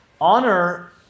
Honor